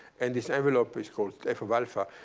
and this envelope is called f of alpha.